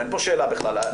אין פה שאלה בכלל.